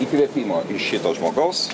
įkvėpimo iš šito žmogaus